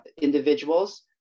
individuals